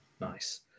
Nice